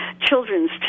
children's